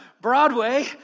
Broadway